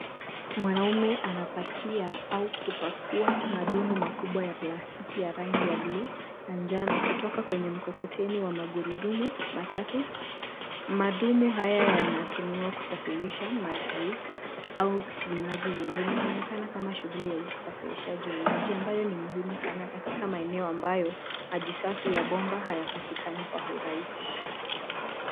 Mwanaume anapakia au kupakua madumu makubwa ya plastiki ya rangi ya bluu na njano kutoka kwenye mkokoteni wa magurudumu matatu. Madumu haya yanatumiwa kusafirisha maji au vinywaji vingine. Inaonekana kama shughuli ya usafirishaji wa maji ambayo ni muhimu sana katika maeneo ambayo maji safi ya bomba hayapatikani kwa urahisi.